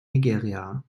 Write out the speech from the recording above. nigeria